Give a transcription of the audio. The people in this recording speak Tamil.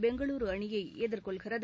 பெங்களுரு அணியை எதிர்கொள்கிறது